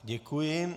Děkuji.